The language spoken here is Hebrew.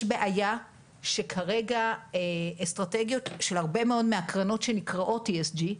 יש בעיה שכרגע אסטרטגיות של הרבה מאוד מקרנות שנקראות ESG,